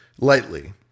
Lightly